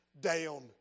down